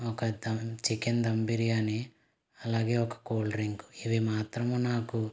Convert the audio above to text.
ఒక ధమ్ చికెన్ ధమ్ బిర్యాని అలాగే ఒక కూల్డ్రింక్ ఇవి మాత్రం నాకు